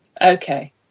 Okay